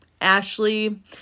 Ashley